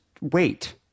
Wait